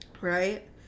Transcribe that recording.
Right